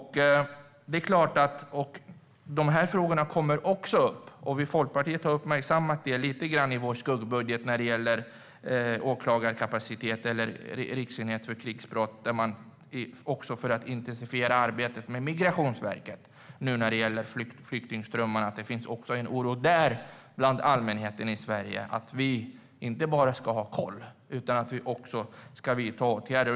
Det är klart att dessa frågor kommer upp, och vi i Folkpartiet har uppmärksammat det lite grann i vår skuggbudget när det gäller åklagarkapacitet eller riksenheten för krigsbrott. Det handlar också om att intensifiera arbetet med Migrationsverket. Nu när det finns flyktingströmmar finns det bland allmänheten i Sverige en oro även för det. Vi ska inte bara ha koll utan också vidta åtgärder.